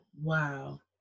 wow